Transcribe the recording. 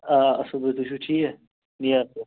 آ اَصٕل پٲٹھۍ تُہۍ چھِو ٹھیٖک نیاز صٲب